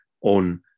on